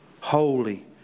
holy